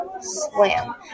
slam